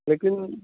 لیکن